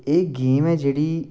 एह् गेम ऐ जेह्ड़ी